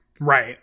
Right